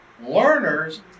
learners